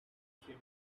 seem